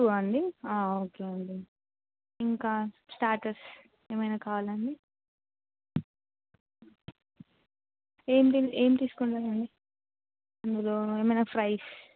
two అండి okay అండి ఇంకా స్టాటర్స్ ఏమైనా కావాలండి ఏం ఏం తీసుకుంటాండి అందులో ఏమైనా ఫ్రైస్